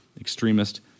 extremist